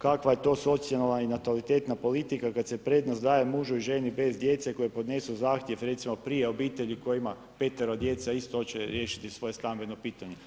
Kakva je to socijalna i natalitetna politika kada se prednost daje mužu i ženi bez djece koji podnesu zahtjev recimo prije obitelji koja ima 5-ero djece a isto hoće riješiti svoje stambeno pitanje.